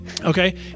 Okay